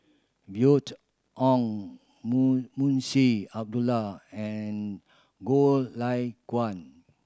Oon Munshi Abdullah and Goh Lay Kuan